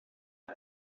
ble